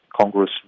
Congress